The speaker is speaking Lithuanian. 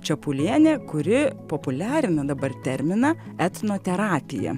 čepulienė kuri populiarina dabar terminą etinoterapija